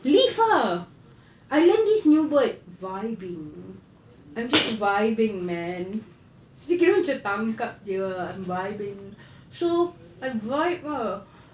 leave ah I learn this new word vibing I'm just vibing man so kira macam tangkap jer ah vibing so I vibe ah